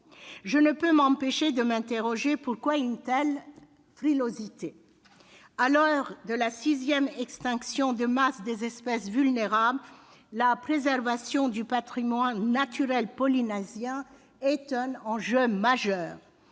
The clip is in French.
Je ne peux m'empêcher de m'interroger : pourquoi une telle frilosité ? À l'heure de la sixième extinction de masse des espèces vulnérables, la préservation du patrimoine naturel polynésien est un enjeu majeur.